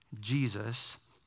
Jesus